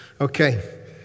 Okay